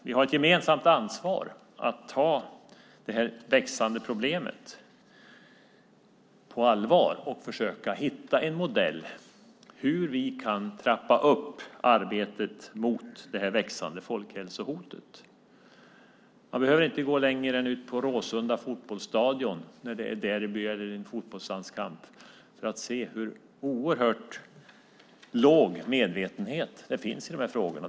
Vi har ett gemensamt ansvar att ta detta växande problem på allvar och försöka hitta en modell för hur vi kan trappa upp arbetet mot detta växande folkhälsohot. Man behöver inte gå längre än till ett derby eller en fotbollslandskamp på Råsunda fotbollsstadion för att se hur oerhört låg medvetenheten är i de här frågorna.